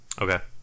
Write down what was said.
okay